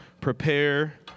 prepare